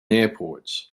airports